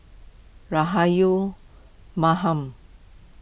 Rahayu